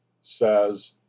says